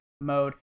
mode